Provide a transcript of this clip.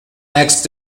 next